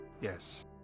yes